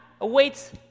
awaits